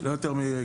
אוקיי, מעולה.